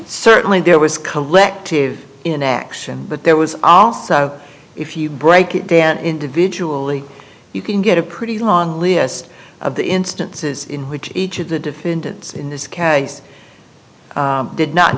certainly there was collective inaction but there was also if you break it down individually you can get a pretty long list of the instances in which each of the defendants in this case i did not